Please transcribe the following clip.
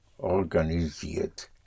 organisiert